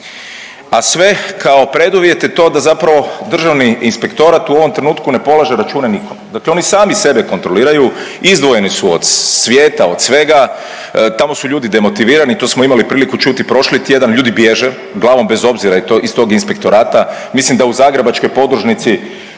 a sve kao preduvjet je to da zapravo Državni inspektorat u ovom trenutku ne polaže račune nikome. Dakle, oni sami sebe kontroliraju izdvojeni su od svijeta, od svega tamo su ljudi demotivirani to smo imali priliku čuti prošli tjedan, ljudi bježe glavom bez obzira iz tog inspektorata. Mislim da u zagrebačkoj podružnici